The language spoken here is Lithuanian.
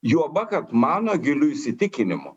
juoba kad mano giliu įsitikinimu